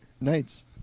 nights